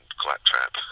claptrap